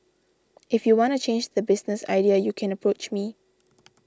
if you wanna change the business idea U can approach me